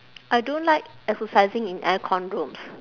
I don't like exercising in aircon rooms